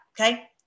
Okay